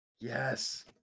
Yes